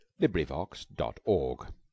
LibriVox.org